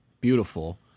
beautiful